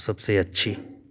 और सबसे अच्छी